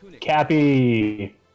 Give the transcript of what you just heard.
Cappy